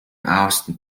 austin